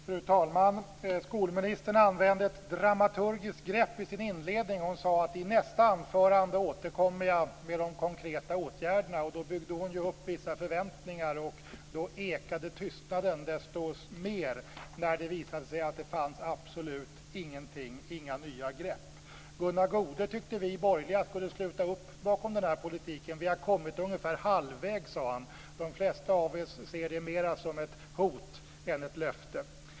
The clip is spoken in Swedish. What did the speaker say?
Fru talman! Skolministern använde ett dramaturgiskt grepp i sin inledning när hon sade: I nästa anförande återkommer jag med de konkreta åtgärderna. Då byggde hon ju upp vissa förväntningar. Därför ekade tystnaden desto mer när det visade sig att det absolut inte fanns någonting, inga nya grepp. Gunnar Goude tyckte att vi borgerliga skulle sluta upp bakom den här politiken. Vi har kommit ungefär halvvägs, sade han. De flesta av oss ser det mer som ett hot än ett löfte.